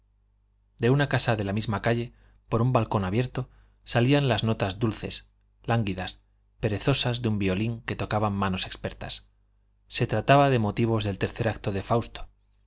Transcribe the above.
de una casa de la misma calle por un balcón abierto salían las notas dulces lánguidas perezosas de un violín que tocaban manos expertas se trataba de motivos del tercer acto del fausto